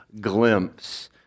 glimpse